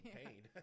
pain